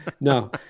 No